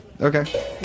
okay